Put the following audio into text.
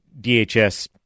DHS